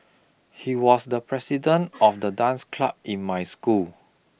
he was the president of the dance club in my school